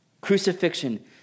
Crucifixion